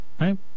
Right